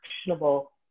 actionable